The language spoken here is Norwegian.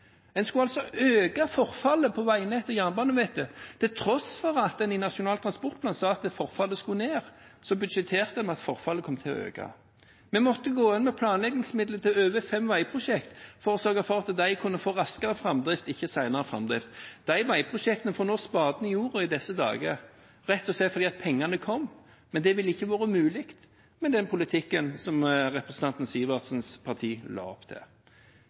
En skulle altså øke forfallet på veinettet og jernbanenettet. Til tross for at en i Nasjonal transportplan sa at forfallet skulle ned, budsjetterte en med at forfallet kom til å øke. Vi måtte gå inn med planleggingsmidler til over fem veiprosjekt for å sørge for at de kunne få raskere framdrift, ikke senere framdrift. De veiprosjektene får nå spaden i jorda i disse dager, rett og slett fordi pengene kom, men det ville ikke vært mulig med den politikken som representanten Sivertsens parti la opp til.